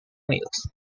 unidos